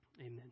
Amen